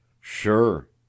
Sure